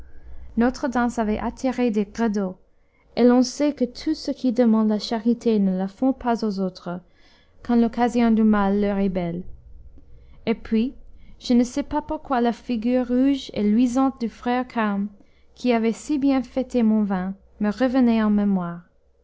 notre danse avait attiré des gredots et l'on sait que tous ceux qui demandent la charité ne la font pas aux autres quand l'occasion du mal leur est belle et puis je ne sais pas pourquoi la figure rouge et luisante du frère carme qui avait si bien fêté mon vin me revenait en mémoire